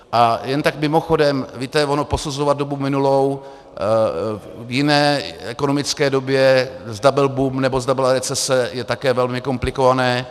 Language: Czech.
A jen tak mimochodem, víte, ono posuzovat dobu minulou v jiné ekonomické době, zda byl boom, nebo zda byla recese, je také velmi komplikované.